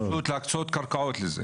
להקצות קרקעות לזה.